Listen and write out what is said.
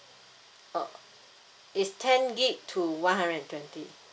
orh it's ten gig to one hundred and twenty